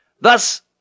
Thus